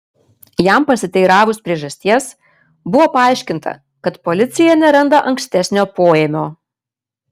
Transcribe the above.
jam pasiteiravus priežasties buvo paaiškinta kad policija neranda ankstesnio poėmio